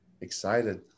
excited